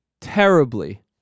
terribly